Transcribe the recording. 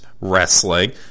Wrestling